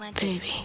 Baby